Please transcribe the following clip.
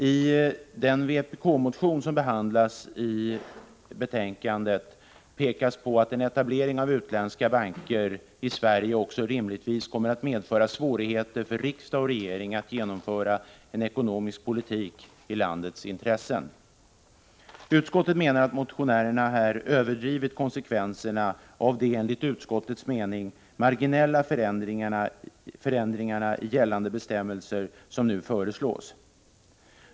I den vpk-motion som behandlas i betänkandet pekar man på att en etablering av utländska banker i Sverige också rimligtvis kommer att medföra svårigheter för riksdag och regering att genomföra en ekonomisk politik i landets intressen. Utskottet menar att motionärerna här överdrivit konsekvenserna av de, enligt utskottets mening, marginella förändringar i gällande bestämmelser som nu föreslås.